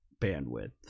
bandwidth